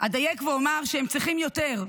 אדייק ואומר שהם צריכים יותר,